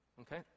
okay